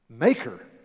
maker